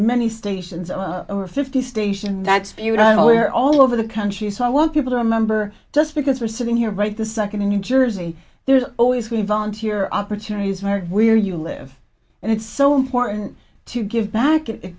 many stations are fifty stations that you not only are all over the country so i want people to remember just because we're sitting here right the second in new jersey there's always we volunteer opportunities where we're you live and it's so important to give back it